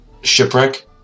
shipwreck